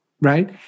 Right